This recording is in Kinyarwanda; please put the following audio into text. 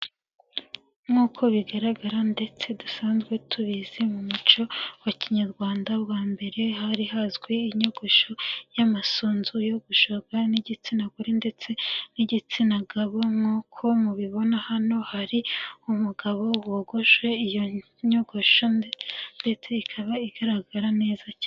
Nk'uko bigaragara ndetse dusanzwe tubizi mu muco wa kinyarwanda wa mbere, hari hazwi inyogosho y'amasunzu, yogoshwaga n'igitsina gore ndetse n'igitsina gabo nk'uko mubibona hano hari umugabo wogoshe iyo nyogosho ndetse ikaba igaragara neza cyane.